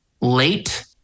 late